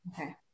Okay